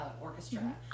Orchestra